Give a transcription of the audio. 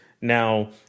Now